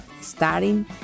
starting